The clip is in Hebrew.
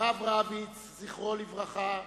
הרב רביץ, זכרו לברכה,